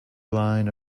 line